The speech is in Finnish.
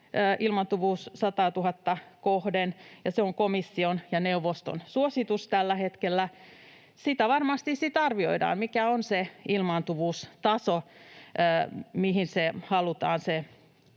ilmaantuvuus 100 000:tta kohden, ja se on komission ja neuvoston suositus tällä hetkellä. Sitä varmasti sitten arvioidaan, mikä on se ilmaantuvuustaso, mihin halutaan